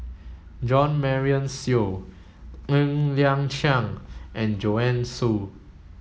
Jo Marion Seow Ng Liang Chiang and Joanne Soo